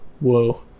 whoa